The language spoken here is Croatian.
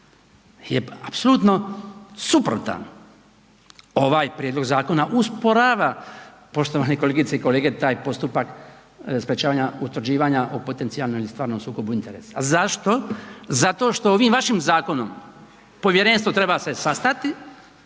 je apsolutno suprotan. Ovaj prijedlog zakona usporava poštovane kolegice i kolege taj postupak sprečavanja utvrđivanja o potencijalnom i stvarnom sukobu interesa. Zašto? Zato što ovim vašim zakonom povjerenstvo se treba sastati,